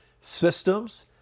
systems